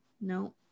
no